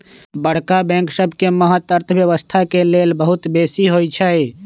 बड़का बैंक सबके महत्त अर्थव्यवस्था के लेल बहुत बेशी होइ छइ